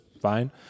fine